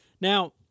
Now